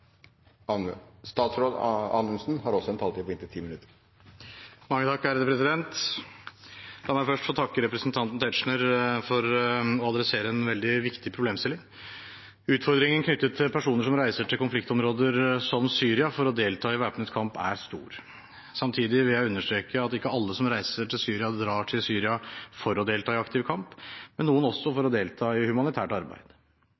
Tetzschner for å adressere en veldig viktig problemstilling. Utfordringen knyttet til personer som reiser til konfliktområder som Syria for å delta i væpnet kamp, er stor. Samtidig vil jeg understreke at ikke alle som reiser til Syria, drar til Syria for å delta i aktiv kamp, men noen også for å delta i humanitært arbeid.